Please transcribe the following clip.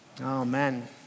Amen